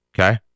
Okay